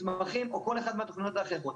מתמחים או כל אחד מהתוכניות האחרות,